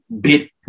bit